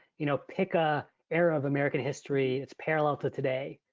you know pick a era of american history that's parallel to today.